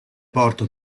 porto